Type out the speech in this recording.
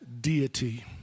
deity